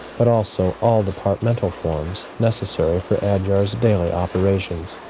but also, all departmental forms necessary for adyar's daily operations.